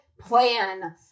plan